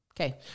Okay